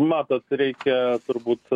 matot reikia turbūt